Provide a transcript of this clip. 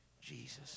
Jesus